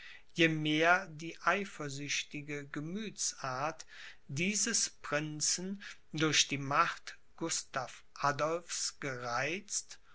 je mehr die eifersüchtige gemüthsart dieses prinzen durch die macht gustav adolphs gereizt